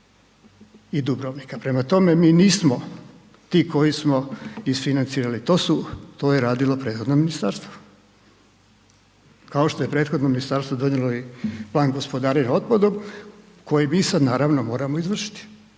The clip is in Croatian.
i Dubrovnika prema tome, mi nismo ti koji smo isfinancirali, to je radilo prethodno ministarstvo kao što je prethodno ministarstvo donijelo i plan gospodarenja otpadom koje mi sad naravno moramo izvršiti